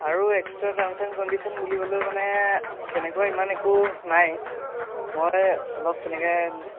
আৰু extra terms and conditions বুলিবলৈ মানে তেনেকুৱা ইমান একো নাই মই অলপ তেনেকে